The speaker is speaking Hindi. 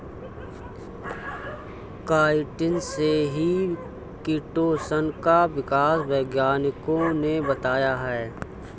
काईटिन से ही किटोशन का विकास वैज्ञानिकों ने बताया है